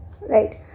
Right